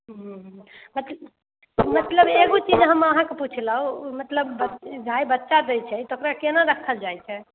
हूँ हूँ मत मतलब एगो चीज हम अहाँके पुछ्लहुँ मतलब गाय बच्चा दै छै तऽ ओकरा केना राखल जाइत छै